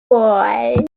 boy